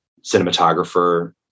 cinematographer